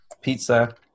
pizza